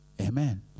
Amen